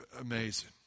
amazing